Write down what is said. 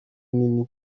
nini